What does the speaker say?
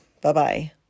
Bye-bye